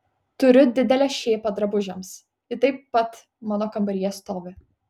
turiu didelę šėpą drabužiams ji taip pat mano kambaryje stovi